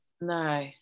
No